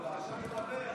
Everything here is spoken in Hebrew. לאשר לדבר.